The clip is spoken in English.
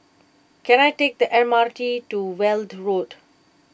can I take the M R T to Weld Road